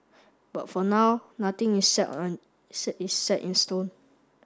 but for now nothing is set on is set is set in stone